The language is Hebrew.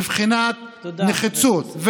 מבחינת נחיצות.